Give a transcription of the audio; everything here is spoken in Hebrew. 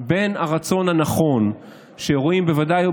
בין הרצון הנכון שבאירועים בוודאי,